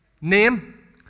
Name